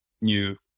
new